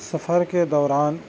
سفر کے دوران